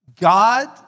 God